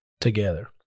together